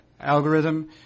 algorithm